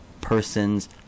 persons